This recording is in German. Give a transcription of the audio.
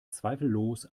zweifellos